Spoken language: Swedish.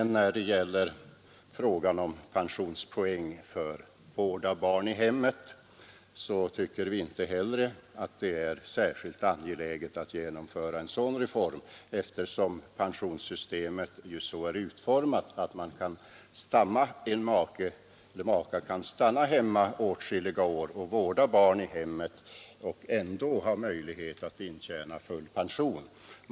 När det gäller pensionspoäng för vård av barn i hemmet tycker vi inte heller att det är så angeläget att genomföra en sådan reform, eftersom pensionssystemet ju är så utformat att en make kan stanna hemma åtskilliga år för att vårda barn och ändå ha möjlighet att intjäna full pension.